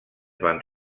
van